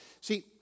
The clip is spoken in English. See